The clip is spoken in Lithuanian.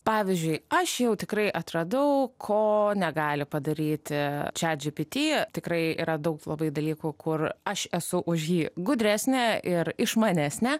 pavyzdžiui aš jau tikrai atradau ko negali padaryti chatgpt tikrai yra daug labai dalykų kur aš esu už jį gudresnė ir išmanesnė